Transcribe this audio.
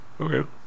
Okay